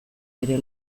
ere